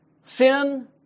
Sin